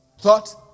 thought